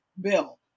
bill